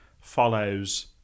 follows